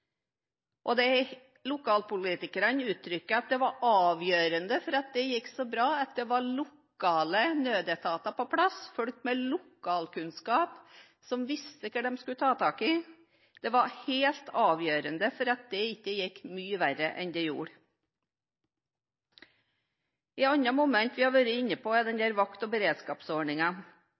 siden, og lokalpolitikerne uttrykker at det var avgjørende for at det gikk så bra, at det var lokale nødetater på plass, folk med lokalkunnskap, som visste hva de skulle ta tak i. Det var helt avgjørende for at det ikke gikk mye verre enn det gjorde. Et annet moment vi har vært inne på, er vakt- og